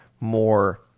more